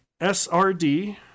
srd